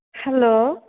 hello